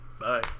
Bye